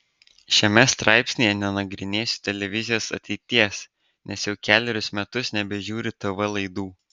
šiame straipsnyje nenagrinėsiu televizijos ateities nes jau kelerius metus nebežiūriu tv laidų